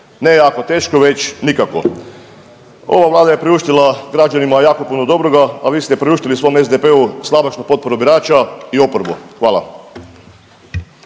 Ne jako teško već nikako. Ova vlada je priuštila građanima jako puno dobroga, a vi ste priuštili svom SDP-u slabašnu potporu birača i oporbu. Hvala.